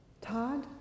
Todd